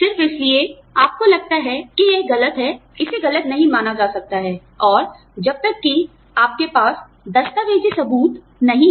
सिर्फ इसलिए आपको लगता है कि यह गलत है इसे गलत नहीं माना जा सकता है और जब तक कि आपके पास दस्तावेजी सबूत नहीं हैं